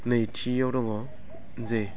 नैथियाव दङ जे